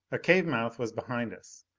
a cave mouth was behind us.